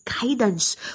guidance